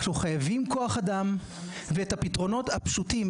אנחנו חייבים כוח אדם ואת הפתרונות הפשוטים,